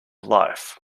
life